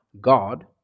God